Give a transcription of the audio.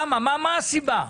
מה הסיבה?